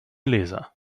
leser